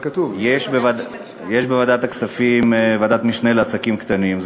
יש בוועדת הכספים ועדת משנה לעסקים קטנים,